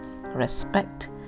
respect